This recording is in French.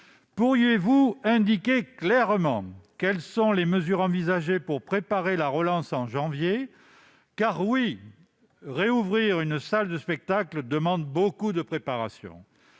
Pourriez-vous indiquer clairement quelles sont les mesures envisagées pour préparer la relance en janvier, car rouvrir une salle de spectacle demande beaucoup de préparation